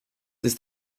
ist